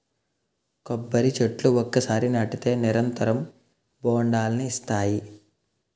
కొబ్బరి చెట్లు ఒకసారి నాటితే నిరంతరం బొండాలనిస్తాయి